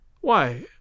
Why